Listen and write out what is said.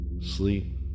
sleep